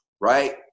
right